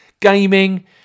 gaming